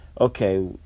okay